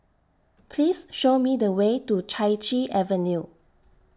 Please Show Me The Way to Chai Chee Avenue